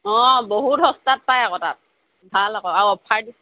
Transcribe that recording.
অঁ বহুত সস্তাত পায় আকৌ তাত ভাল আকৌ আৰু অফাৰ দি